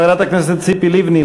חברת הכנסת ציפי לבני,